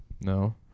No